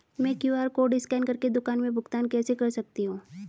मैं QR code scan कर के दुकान में भुगतान कैसे कर सकती हूँ?